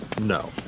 No